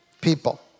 people